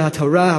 וזה התורה,